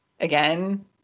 again